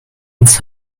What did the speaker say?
its